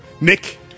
Nick